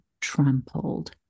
trampled